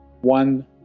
one